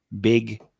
big